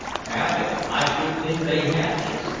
have they? i should think they have, just.